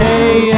Hey